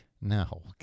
No